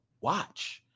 watch